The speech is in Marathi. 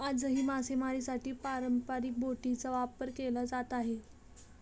आजही मासेमारीसाठी पारंपरिक बोटींचा वापर केला जात आहे